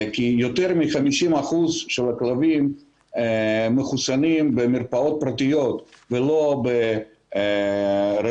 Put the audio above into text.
כי יותר מ-50% של הכלבים מחוסנים במרפאות פרטיות ולא ברשות,